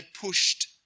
pushed